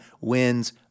wins